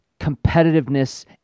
competitiveness